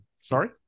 Sorry